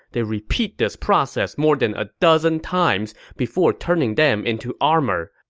they repeat this process more than a dozen times before turning them into armor.